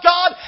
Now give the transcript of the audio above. God